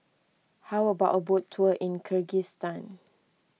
how about a boat tour in Kyrgyzstan